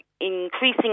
increasing